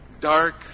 dark